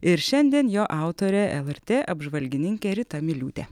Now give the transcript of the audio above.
ir šiandien jo autorė lrt apžvalgininkė rita miliūtė